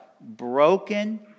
broken